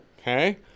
Okay